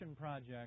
project